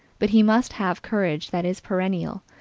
but he must have courage that is perennial,